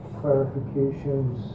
clarifications